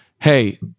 hey